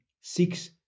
six